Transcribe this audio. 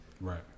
right